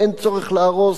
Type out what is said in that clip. ואין צורך להרוס,